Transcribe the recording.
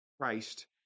Christ